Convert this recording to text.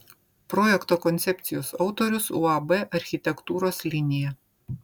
projekto koncepcijos autorius uab architektūros linija